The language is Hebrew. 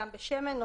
ים בשמן ,